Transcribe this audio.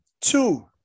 two